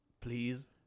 please